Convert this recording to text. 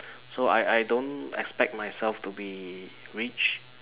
so I I don't expect myself to be rich